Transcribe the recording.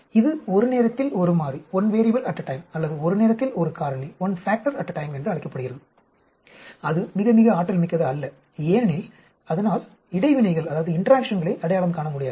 இது ஒரு நேரத்தில் ஒரு மாறி அல்லது ஒரு நேரத்தில் ஒரு காரணி என்று அழைக்கப்படுகிறது அது மிக மிக ஆற்றல் மிக்கது அல்ல ஏனெனில் அதனால் இடைவினைகளை அடையாளம் காண முடியாது